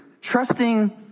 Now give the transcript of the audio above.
trusting